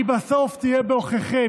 היא בסוף תהיה בעוכריכם.